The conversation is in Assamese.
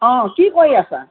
অ কি কৰি আছা